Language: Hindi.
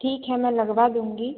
ठीक है मैं लगवा दूँगी